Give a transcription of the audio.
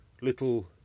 little